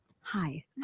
Hi